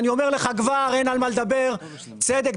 הם לא שם,